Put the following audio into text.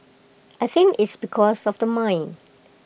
I think it's because of the mine